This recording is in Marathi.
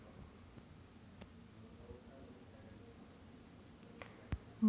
मनीषा म्हणाल्या की, खतांचा वापर करून कार्बन डायऑक्साईड तयार केला जातो